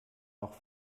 noch